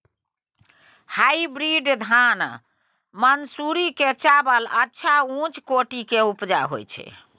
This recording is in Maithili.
हाइब्रिड धान मानसुरी के चावल अच्छा उच्च कोटि के उपजा होय छै?